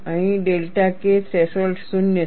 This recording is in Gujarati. અહીં ડેલ્ટા K થ્રેશોલ્ડ 0 છે